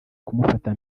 kumufata